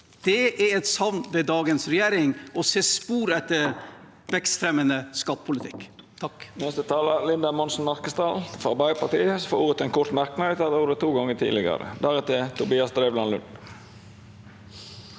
Det er et savn ved dagens regjering: å se spor etter vekstfremmende skattepolitikk.